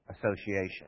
association